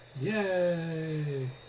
Yay